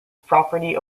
property